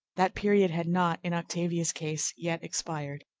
that period had not, in octavia's case, yet expired.